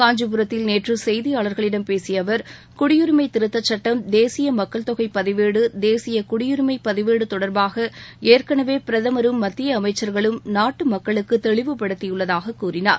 காஞ்சிபுரத்தில் நேற்று செய்தியாளர்களிடம் பேசிய அவர் குடியுரிமை திருத்த சுட்டம் தேசிய மக்கள்தொகை பதிவேடு தேசிய குடியுரிமை பதிவேடு தொடர்பாக ஏற்களவே பிரதமரும் மத்திய அமைச்சர்களும் நாட்டு மக்களுக்கு தெளிவுபடுத்தியுள்ளதாகக் கூறினார்